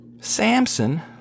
Samson